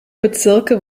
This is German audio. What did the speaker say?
bezirke